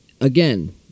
again